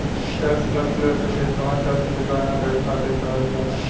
tax calculator क इस्तेमाल tax क गणना करे खातिर करल जाला